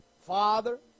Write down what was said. Father